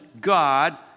God